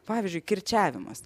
pavyzdžiui kirčiavimas